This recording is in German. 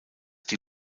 die